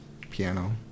piano